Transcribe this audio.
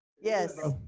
Yes